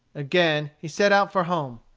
again he set out for home.